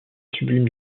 sublime